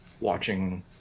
watching